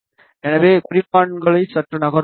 எனவே குறிப்பான்களை சற்று நகர்த்துவோம்